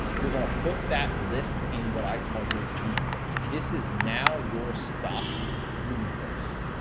you're gonna put that list in what i call your universe. this is now your stock universe.